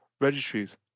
registries